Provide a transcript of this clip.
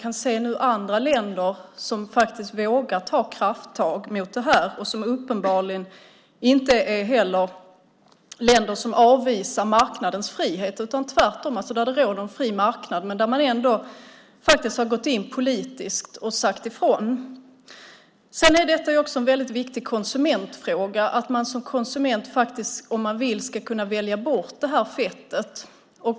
Andra länder vågar ta krafttag mot detta, och det är inte heller länder som avvisar marknadens frihet. Tvärtom råder en fri marknad där. Men man har ändå gått in politiskt och sagt ifrån. Detta är också en väldigt viktig konsumentfråga. Som konsument ska man om man vill kunna välja bort det här fettet.